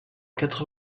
quatre